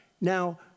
Now